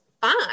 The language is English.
fine